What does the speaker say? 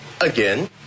again